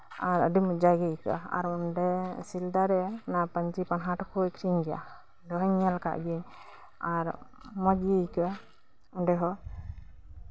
ᱟᱨ ᱟᱹᱰᱤ ᱢᱚᱸᱡᱟ ᱜᱮ ᱟᱹᱭᱠᱟᱹᱜᱼᱟ ᱥᱤᱞᱫᱟᱨᱮ ᱯᱟᱧᱪᱤ ᱯᱟᱱᱦᱟᱲ ᱠᱚ ᱟᱠᱷᱨᱤᱧ ᱜᱮᱭᱟ ᱚᱱᱟ ᱦᱚᱧ ᱧᱮᱞ ᱠᱟᱜ ᱜᱮᱭᱟ ᱟᱨ ᱢᱚᱸᱡ ᱜᱮ ᱟᱹᱭᱠᱟᱹᱜᱼᱟ ᱚᱱᱰᱮ ᱦᱚᱸ